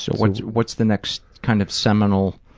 so what's what's the next kind of seminal